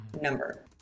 number